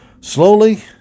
Slowly